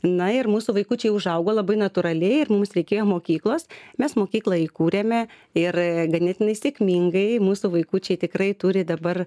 na ir mūsų vaikučiai užaugo labai natūraliai ir mums reikėjo mokyklos mes mokyklą įkūrėme ir ganėtinai sėkmingai mūsų vaikučiai tikrai turi dabar